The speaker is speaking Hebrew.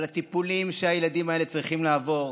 על הטיפולים שהילדים האלה צריכים לעבור,